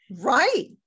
Right